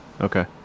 Okay